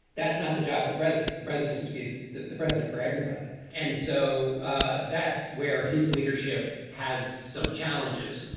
that's not the job of the president. the president is to be the the president for everybody and so ah that's where his leadership has some challenges.